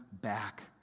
back